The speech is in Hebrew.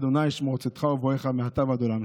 ה' ישמר צאתך ובואך מעתה ועד עולם".